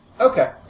Okay